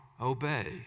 obey